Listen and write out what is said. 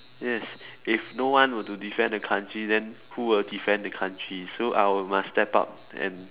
yes if no one were to defend the country then who will defend the country so I will must step up and